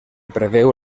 preveu